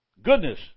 Goodness